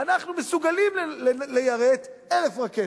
ואנחנו מסוגלים ליירט 1,000 רקטות,